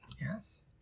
yes